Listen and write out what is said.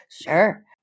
Sure